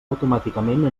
automàticament